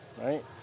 right